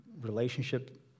relationship